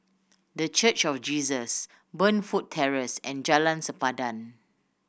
The Church of Jesus Burnfoot Terrace and Jalan Sempadan